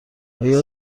آیا